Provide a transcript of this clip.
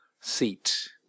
seat